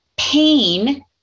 pain